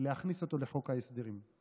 להכניס לחוק ההסדרים.